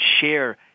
share